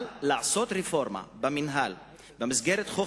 אבל לעשות רפורמה במינהל במסגרת חוק